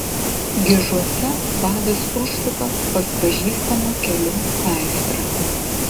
gižuose vadas užsuka pas pažįstamą kelių meistrą